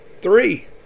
Three